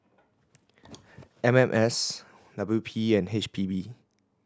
M M S W P and H P B